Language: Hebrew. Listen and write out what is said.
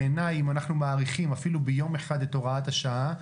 בעיניי אם אנחנו מאריכים אפילו ביום אחד את הוראת השעה,